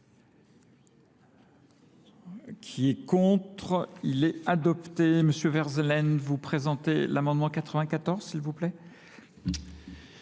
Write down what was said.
qui est contre, il est adopté. Monsieur Verzelen, vous présentez l'amendement 94, s'il vous plaît.